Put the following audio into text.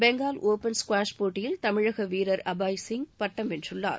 Bengal open squash போட்டியில் தமிழக வீரர் அபாய் சிங் பட்டம் வென்றுள்ளார்